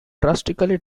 drastically